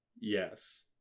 Yes